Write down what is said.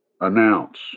announce